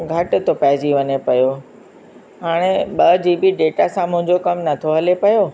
घटि थो पइजी वञे पयो हाणे ॿ जी बी डेटा सां मुंहिंजो कमु नथो हले पियो